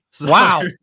wow